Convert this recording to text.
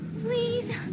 Please